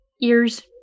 ears